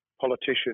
politician